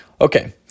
Okay